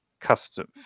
custom